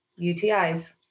UTIs